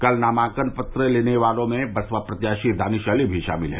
कल नामांकन फार्म लेने वालों में बसपा प्रत्याशी दानिश अली भी शामिल हैं